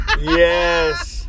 Yes